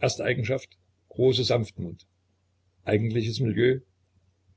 erste eigenschaft große sanftmut eigentliches milieu